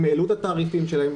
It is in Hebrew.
הם העלו את התעריפים שלהם.